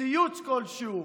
ציוץ כלשהו,